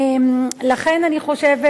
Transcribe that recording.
לכן אני חושבת,